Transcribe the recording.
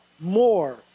more